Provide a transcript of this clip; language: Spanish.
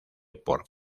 por